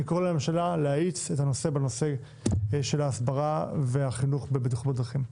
אני קורא לממשלה להאיץ את נושא ההסברה והחינוך בבטיחות בדרכים.